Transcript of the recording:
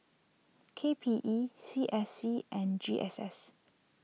K P E C S C and G S S